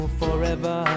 forever